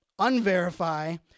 unverify